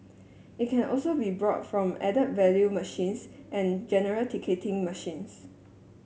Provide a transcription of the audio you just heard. it can also be brought from add value machines and general ticketing machines